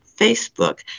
Facebook